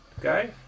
guy